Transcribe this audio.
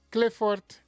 Clifford